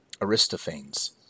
Aristophanes